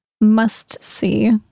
must-see